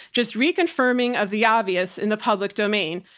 just reconfirming of the obvious in the public domain.